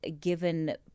given